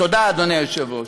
תודה, אדוני היושב-ראש.